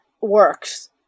works